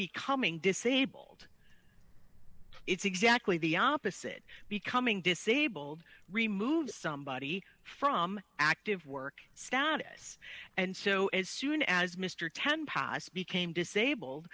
becoming disabled it's exactly the opposite becoming disabled removed somebody from active work status and so as soon as mr ten passed became disabled